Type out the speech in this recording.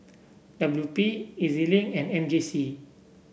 W P E Z Link and M J C